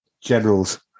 generals